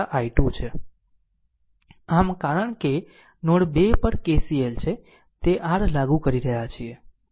આમ કારણ કે નોડ 2 પર KCL છે તે r લાગુ કરી રહ્યા છીએ